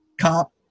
cop